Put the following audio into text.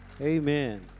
amen